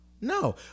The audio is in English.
No